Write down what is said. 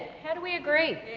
how do we agree?